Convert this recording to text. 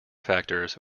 factors